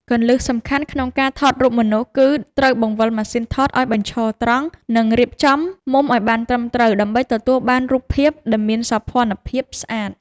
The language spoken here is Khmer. គន្លឹះសំខាន់ក្នុងការថតរូបមនុស្សគឺត្រូវបង្វិលម៉ាស៊ីនថតឱ្យបញ្ឈរត្រង់ និង រៀបចំមុំឱ្យបានត្រឹមត្រូវដើម្បីទទួលបានរូបភាពដែលមានសោភ័ណភាពស្អាត។